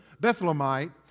Bethlehemite